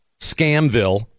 Scamville